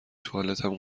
توالتم